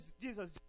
Jesus